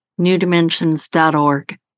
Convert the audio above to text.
newdimensions.org